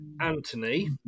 Anthony